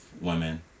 women